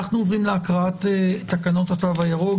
אנחנו עוברים להקראת תקנות התו הירוק.